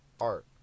art